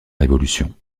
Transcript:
révolution